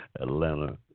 Atlanta